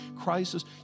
crisis